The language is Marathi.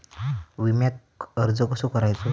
विम्याक अर्ज कसो करायचो?